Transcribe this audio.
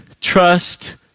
trust